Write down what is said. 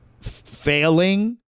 failing